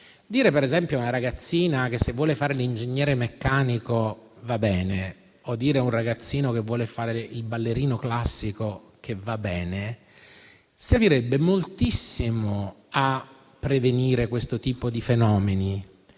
Dire, per esempio, a una ragazzina che vuole fare l'ingegnere meccanico che va bene o dire a un ragazzino che vuole fare il ballerino classico che va bene servirebbe moltissimo a prevenire questo tipo di fenomeni